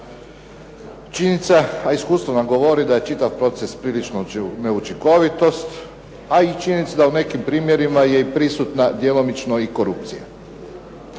Činjenica, a iskustvo nam govori da je čitav proces prilično neučinkovitost, a i činjenica da u nekim primjerima je i prisutna djelomično i korupcija.